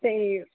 ਅਤੇ